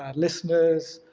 ah listeners,